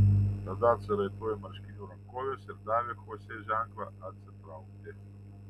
tada atsiraitojo marškinių rankoves ir davė chosė ženklą atsitraukti